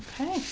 Okay